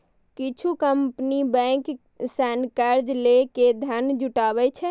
किछु company bank सं कर्ज लए के धन जुटाबै छै